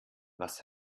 was